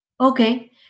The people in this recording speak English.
Okay